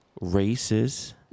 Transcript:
races